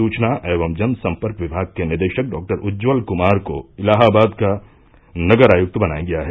सुचना एवं जन सम्पर्क विभाग के निदेशक डॉक्टर उज्ज्वल कुमार को इलाहाबाद का नगर आयुक्त बनाया गया है